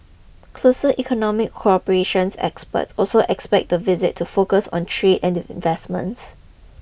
closer economic cooperation experts also expect the visit to focus on trade and investments